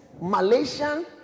Malaysian